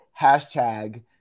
hashtag